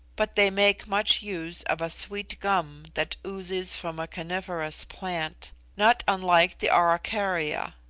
but they make much use of a sweet gum that oozes from a coniferous plant, not unlike the araucaria.